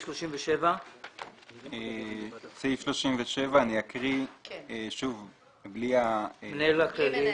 סעיף 37. בלי מנהל כללי.